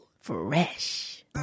fresh